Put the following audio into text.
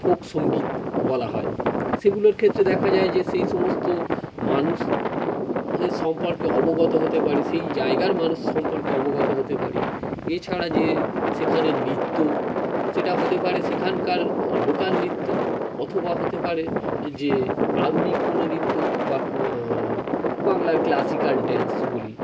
folk সঙ্গীত বলা হয় সেগুলোর ক্ষেত্রে দেখা যায় যে সেই সমস্ত মানুষ এ সম্পর্কে অবগত হতে পারি সেই জায়গার মানুষ সম্পর্কে অবগত হতে পারি এছাড়া যে সেখানের নৃত্য সেটা হতে পারে সেখানকার লোকাল নৃত্য অথবা হতে পারে যে আধুনিক কোনও নৃত্য বা কোনও বাংলার ক্লাসিকাল ড্যান্সগুলি